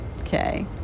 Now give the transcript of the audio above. okay